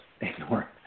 ignore